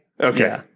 Okay